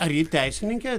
ar ji teisininkė